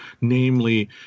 Namely